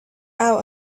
out